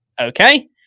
Okay